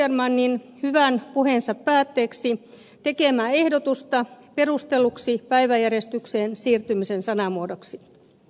södermanin hyvän puheensa päätteeksi tekemää ehdotusta perustellun päiväjärjestykseen siirtymisen sanamuodoksis